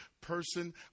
person